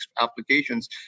applications